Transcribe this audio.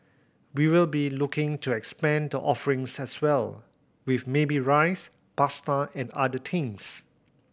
we will be looking to expand the offerings as well with maybe rice pasta and other things